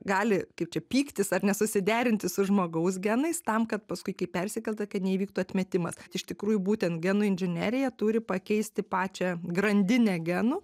gali kaip čia pyktis ar nesusiderinti su žmogaus genais tam kad paskui kai persikelta kad neįvyktų atmetimas iš tikrųjų būtent genų inžinerija turi pakeisti pačią grandinę genų